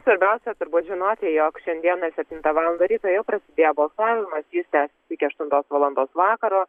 svarbiausia turbūt žinoti jog šiandieną septintą valandą ryto jau prasidėjo balsavimas jis tęsiasi iki aštuntos valandos vakaro